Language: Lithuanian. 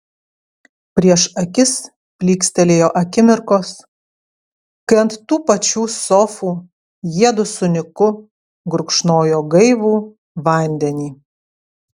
prieš akis plykstelėjo akimirkos kai ant tų pačių sofų jiedu su niku gurkšnojo gaivų vandenį